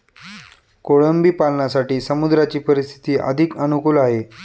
कोळंबी पालनासाठी समुद्राची परिस्थिती अधिक अनुकूल आहे